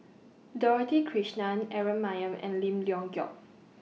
Dorothy Krishnan Aaron Maniam and Lim Leong Geok